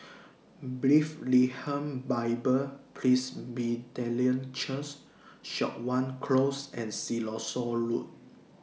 Bethlehem Bible Presbyterian Church Siok Wan Close and Siloso Road